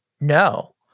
No